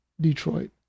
Detroit